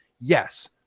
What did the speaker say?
yes